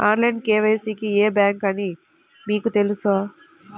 Online KYC కి ఏ bank అని మీకు తెలుసా?